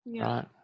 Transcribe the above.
Right